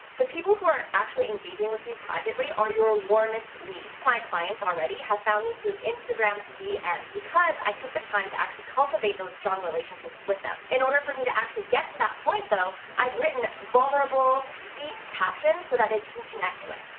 the people who are actually engaging with you privately are your warmest leads. my clients already have found me through instagram dm and because i took the time to actually cultivate those strong relationships with them. in order for me to actually get to that point though i've written vulnerable, deep caption so that they can connect with.